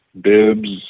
bibs